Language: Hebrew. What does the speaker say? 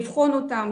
לבחון אותן,